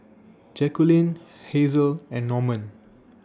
Jaqueline Hazelle and Norman